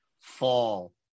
fall